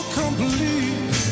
complete